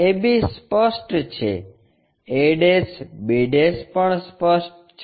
AB સ્પષ્ટ છે a b પણ સ્પષ્ટ છે